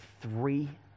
three